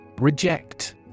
Reject